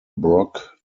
brock